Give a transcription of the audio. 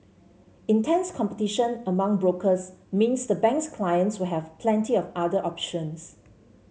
intense competition among brokers means the bank's clients will have plenty of other options